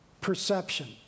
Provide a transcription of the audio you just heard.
perception